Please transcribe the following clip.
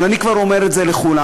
אבל אני כבר אומר את זה לכולנו,